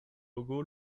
logo